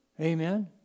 Amen